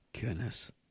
Goodness